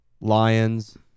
Lions